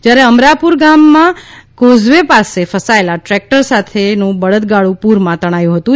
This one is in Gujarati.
જયારે અમરાપુર ગામ નજીક કોઝવે પર ફસાયેલા દ્રેકટર સાથેનું બળદગાડુ પુરમાં તણાયુ હતું